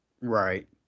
Right